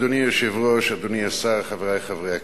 אדוני היושב-ראש, אדוני השר, חברי חברי הכנסת,